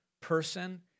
person